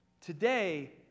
Today